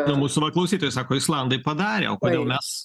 nu mūsų va klausytojai sako islandai padarė o kodėl mes